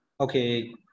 okay